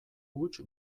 huts